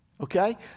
Okay